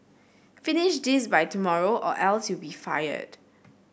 finish this by tomorrow or else you'll be fired